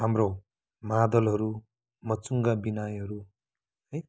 हाम्रो मादलहरू मुर्चुङ्गा बिनायोहरू